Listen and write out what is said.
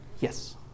Yes